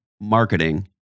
marketing